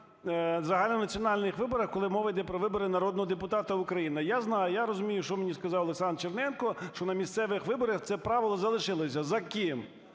загальнонаціональних виборах, коли мова йде про вибори народного депутата України. Я знаю, я розумію, що мені сказав Олександр Черненко, що на місцевих виборах це правило залишилося. За ким?